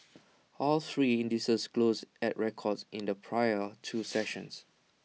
all three indices closed at records in the prior two sessions